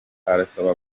arasaba